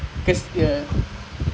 நானும் பாத்தே நா:naanum paathae naa